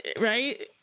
right